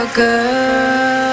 girl